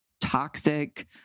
toxic